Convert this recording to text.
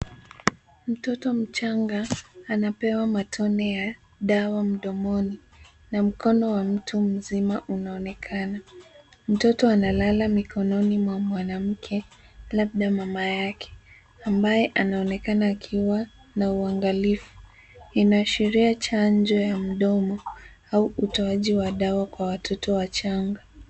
Mtoto mchanga anapewa matone ya dawa mdomoni na mkononi mtu mzima unaonekana. Mtoto amelala mikononi mwa mwanamke labda mama Yake ambaye anaonekana akiwa na uangalifu inaashiria chanjo ya mdomo au utoaji wa dawa kwa watoto wachanga .